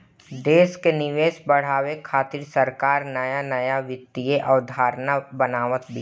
देस कअ निवेश बढ़ावे खातिर सरकार नया नया वित्तीय अवधारणा बनावत बिया